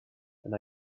and